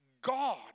God